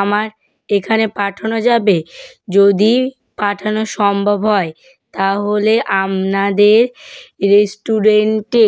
আমার এখানে পাঠানো যাবে যদি পাঠানো সম্ভব হয় তাহলে আপনাদের রেস্টুরেন্টে